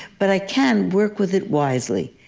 but i can work with it wisely.